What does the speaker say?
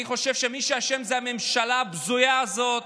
אני חושב שמי שאשם זו הממשלה הבזויה הזאת,